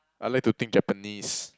I like to think Japanese